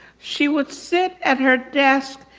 she would sit at her desk,